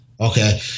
Okay